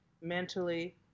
mentally